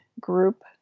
group